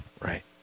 Right